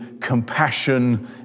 compassion